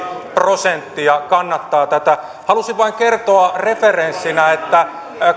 prosenttia kannattaa tätä halusin vain kertoa referenssinä että